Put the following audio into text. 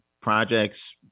projects